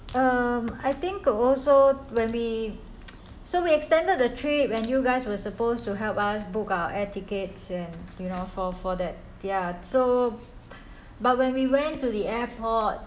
um I think could also when we so we extended the trip and you guys were supposed to help us book our air tickets and you know for for that ya so but when we went to the airport